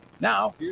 now